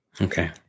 Okay